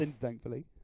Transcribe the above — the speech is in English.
thankfully